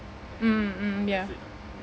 mm mm ya